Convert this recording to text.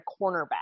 cornerback